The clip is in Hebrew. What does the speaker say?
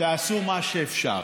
תעשו מה שאפשר.